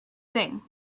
thing